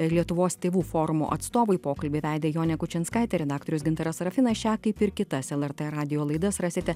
lietuvos tėvų forumo atstovui pokalbį vedė jonė kučinskaitė redaktorius gintaras sarafinas šią kaip ir kitas lrt radijo laidas rasite